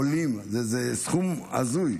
סכום הזוי.